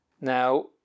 Now